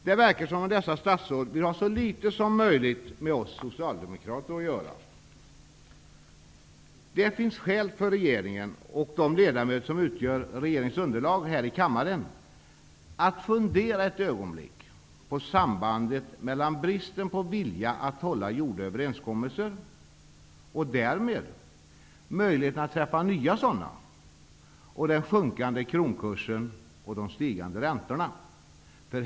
Det verkar som om dessa statsråd vill ha så litet som möjligt med oss socialdemokrater att göra. Det finns skäl för regeringen och de ledamöter som utgör regeringens underlag här i kammaren att fundera ett ögonblick på sambandet mellan bristen på vilja att hålla gjorda överenskommelser och möjligheterna att träffa nya sådana, den sjunkande kronkursen och de stigande räntorna.